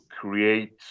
create